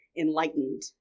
enlightened